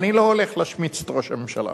לא הולך להשמיץ את ראש הממשלה.